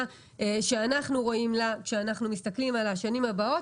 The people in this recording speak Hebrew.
שאנחנו רואים אותה כשאנחנו מסתכלים על השנים הבאות.